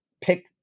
pick